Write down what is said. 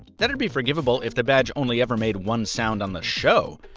that'd be forgivable if the badge only ever made one sound on the show,